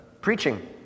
preaching